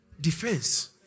Defense